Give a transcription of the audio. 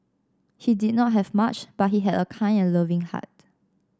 he did not have much but he had a kind and loving heart